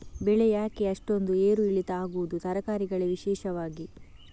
ಬೆಳೆ ಯಾಕೆ ಅಷ್ಟೊಂದು ಏರು ಇಳಿತ ಆಗುವುದು, ತರಕಾರಿ ಗಳಿಗೆ ವಿಶೇಷವಾಗಿ?